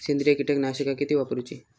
सेंद्रिय कीटकनाशका किती वापरूची?